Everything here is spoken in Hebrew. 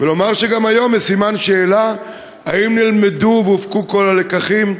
ולומר שגם היום יש סימן שאלה אם נלמדו והופקו כל הלקחים.